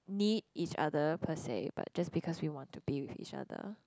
need each other per se but just because we want to be with each other